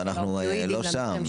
אבל אנחנו לא שם.